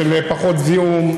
של פחות זיהום,